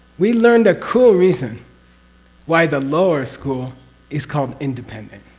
we learned a cool reason why the lower school is called independent.